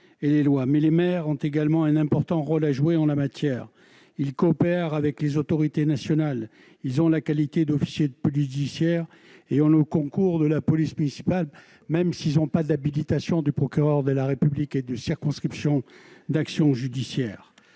mais les maires ont également un important rôle à jouer en la matière il coopère avec les autorités nationales, ils ont la qualité d'officier de plus judiciaire et en le concours de la police municipale, même s'ils ont pas d'habilitation du procureur de la République et de circonscription d'action judiciaire